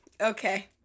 Okay